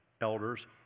elders